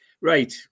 Right